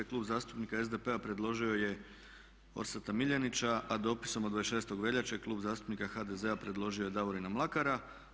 Klub zastupnika SDP-a predložio je Orsata Miljenića, a dopisom od 26. veljače Klub zastupnika HDZ-a predložio je Davorina Mlakara.